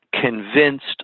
convinced